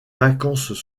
vacances